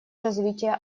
развитие